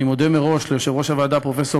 אני מודה מראש ליושב-ראש הוועדה פרופסור